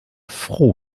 froh